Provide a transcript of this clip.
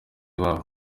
babo